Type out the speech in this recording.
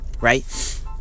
right